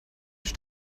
sich